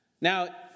Now